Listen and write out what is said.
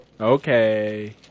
Okay